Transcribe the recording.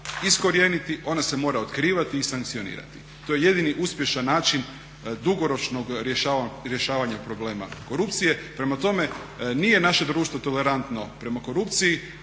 iskorijeniti ona se mora otkrivati i sankcionirati to je jedini uspješan način dugoročnog rješavanja problema korupcije. Prema tome, nije naše društvo tolerantno prema korupcije,